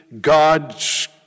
God's